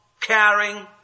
caring